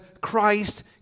Christ